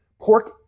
pork